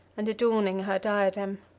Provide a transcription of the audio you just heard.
and adorning her diadem.